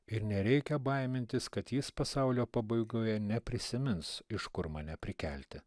ir nereikia baimintis kad jis pasaulio pabaigoje neprisimins iš kur mane prikelti